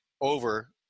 over